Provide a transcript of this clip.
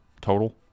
total